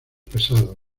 pesados